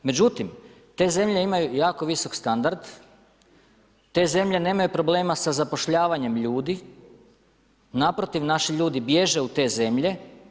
Međutim, te zemlje imaju jako visok standard, te zemlje nemaju problema sa zapošljavanjem ljudi, naprotiv naši ljudi bježe u te zemlje.